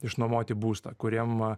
išnuomoti būstą kuriem